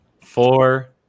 Four